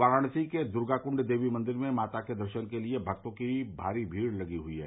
वाराणसी के दुर्गाकृण्ड देवी मंदिर में माता के दर्शन के लिए भक्तों की भीड़ लगी हुई है